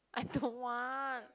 I don't want